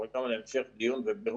אבל גם להמשך דיון ובירור.